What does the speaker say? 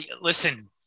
Listen